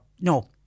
no